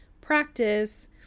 practice